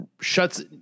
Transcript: shuts